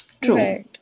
True